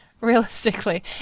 Realistically